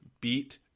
beat